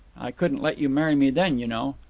i couldn't let you marry me then, you know.